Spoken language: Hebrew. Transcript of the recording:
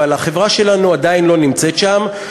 אבל החברה שלנו עדיין לא נמצאת שם.